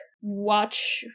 watch